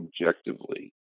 objectively